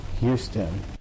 Houston